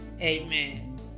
Amen